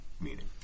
meaning